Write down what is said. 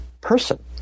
person